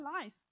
life